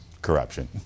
Corruption